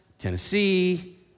Tennessee